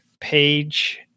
page